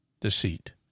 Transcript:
Deceit